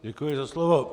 Děkuji za slovo.